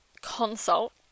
consult